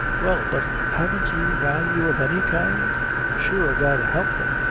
well, but haven't you value of any kind sure, god help them,